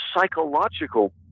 psychological